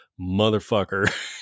motherfucker